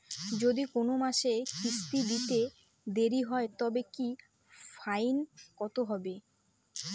যদি কোন মাসে কিস্তি দিতে দেরি হয় তবে কি ফাইন কতহবে?